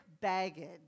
baggage